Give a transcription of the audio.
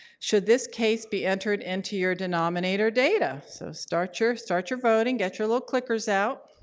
should this case be entered into your denominator data? so start your start your voting. get your little clickers out.